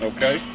Okay